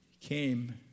came